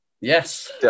Yes